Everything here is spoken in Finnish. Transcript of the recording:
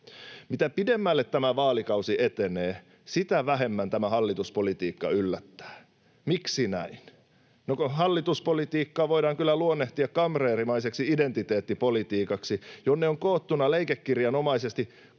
Mitä pidemmälle tämä vaalikausi etenee, sitä vähemmän tämä hallituspolitiikka yllättää. Miksi näin? No, kun hallituspolitiikkaa voidaan kyllä luonnehtia kamreerimaiseksi identiteettipolitiikaksi, jonne on koottuna leikekirjanomaisesti